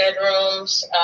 bedrooms